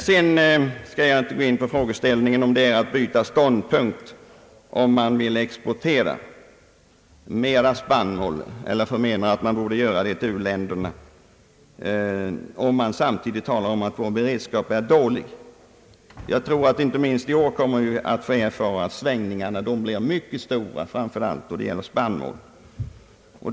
Jag skall inte närmare gå in på frågan huruvida det innebär att man byter ståndpunkt om vi menar att Sverige borde kunna exportera mer spannmål till u-länderna och vi samtidigt talar om att vår beredskap på sikt är dålig. Jag tror att vi inte minst i år kommer att få erfara att svängningarna blir mycket stora, framför allt när det gäller spannmål.